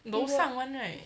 楼上 [one] right